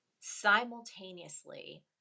simultaneously